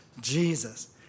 Jesus